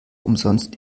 umsonst